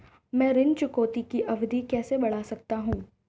मैं ऋण चुकौती की अवधि कैसे बढ़ा सकता हूं?